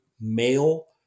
male